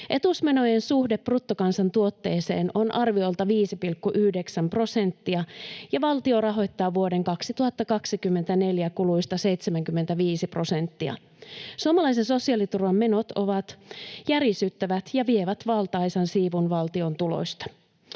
Etuusmenojen suhde bruttokansantuotteeseen on arviolta 5,9 prosenttia, ja valtio rahoittaa vuoden 2024 kuluista 75 prosenttia. Suomalaisen sosiaaliturvan menot ovat järisyttävät ja vievät valtaisan siivun valtion tuloista.